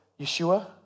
Yeshua